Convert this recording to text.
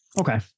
Okay